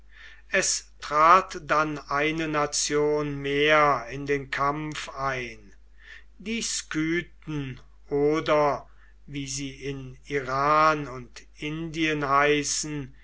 es trat dann eine nation mehr in den kampf ein die skythen oder wie sie in iran und in indien heißen